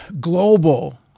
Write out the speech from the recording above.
global